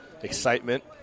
excitement